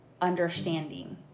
understanding